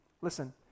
Listen